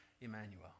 Emmanuel